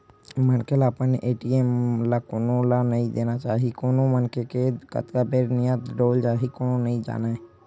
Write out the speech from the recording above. मनखे ल अपन ए.टी.एम ल कोनो ल भी नइ देना चाही कोन मनखे के कतका बेर नियत डोल जाही कोनो नइ जानय